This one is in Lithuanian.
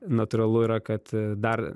natūralu yra kad dar